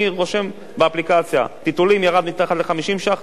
אני רושם באפליקציה: טיטולים ירד מתחת ל-50 ש"ח?